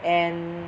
and